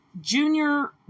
Junior